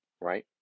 right